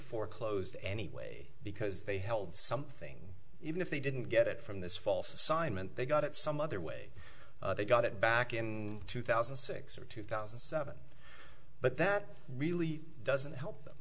foreclosed anyway because they held something even if they didn't get it from this false assignment they got it some other way they got it back in two thousand and six or two thousand and seven but that really doesn't help them